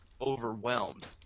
overwhelmed